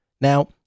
Now